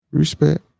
Respect